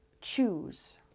Choose